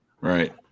Right